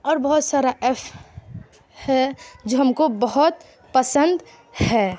اور بہت سارا ایف ہے جو ہم کو بہت پسند ہے